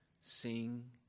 sing